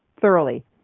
thoroughly